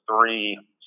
three